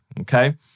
okay